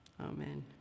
Amen